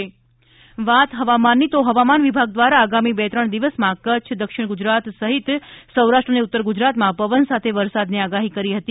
હવામાન હવામાન વિભાગ દ્વારા આગામી બે ત્રણ દિવસમાં કચ્છ દક્ષિણ ગુજરાત સહિત સૌરાષ્ટ્ર અને ઉત્તર ગુજરાતમાં પવન સાથે વરસાદની આગાહી કરી હતી